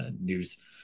news